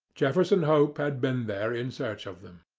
jefferson hope had been there in search of them.